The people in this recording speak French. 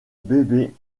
bébé